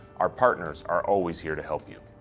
our partners are always here to help you.